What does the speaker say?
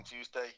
Tuesday